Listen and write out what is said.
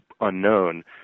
unknown